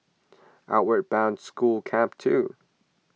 Outward Bound School Camp two